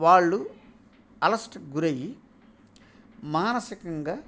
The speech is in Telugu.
వాళ్ళు అలసటకు గురయ్యి మానసికంగా